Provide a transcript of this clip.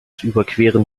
überqueren